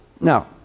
Now